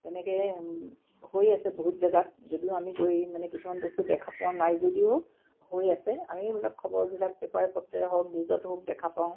তেনেকৈ হৈ আছে বহুত জেগাত যদিও আমি গৈ মানে কিছুমান বস্তু দেখা পোৱা নাই যদিও হৈ আছে আমি এইবিলাক খবৰবিলাক পেপাৰে পত্ৰে হওক নিউজত হওক দেখা পাওঁ